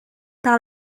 par